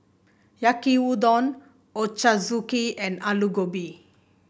Yaki Udon Ochazuke and Alu Gobi